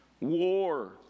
war